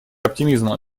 оптимизма